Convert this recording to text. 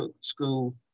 School